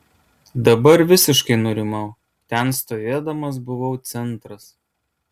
dabar visiškai nurimau ten stovėdamas buvau centras